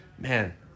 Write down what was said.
Man